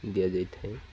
ଦିଆଯାଇଥାଏ